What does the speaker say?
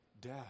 death